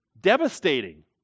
Devastating